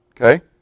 Okay